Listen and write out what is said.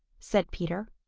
said peter.